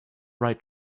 right